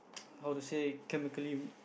how to say chemically